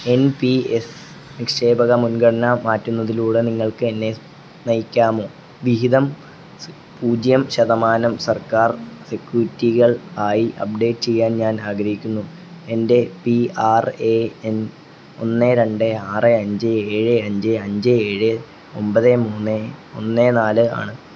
N P S നിക്ഷേപക മുൻഗണന മാറ്റുന്നതിലൂടെ നിങ്ങൾക്കെന്നെ നയിക്കാമോ വിഹിതം പൂജ്യം ശതമാനം സർക്കാർ സെക്യൂരിറ്റികൾ ആയി അപ്ഡേറ്റ് ചെയ്യാൻ ഞാൻ ആഗ്രഹിക്കുന്നു എന്റെ പി ആർ എ എൻ ഒന്ന് രണ്ട് ആറ് അഞ്ച് ഏഴ് അഞ്ച് അഞ്ച് ഏഴ് ഒമ്പത് മൂന്ന് ഒന്ന് നാല് ആണ്